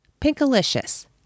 Pinkalicious